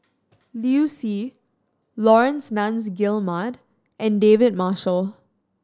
Liu Si Laurence Nunns Guillemard and David Marshall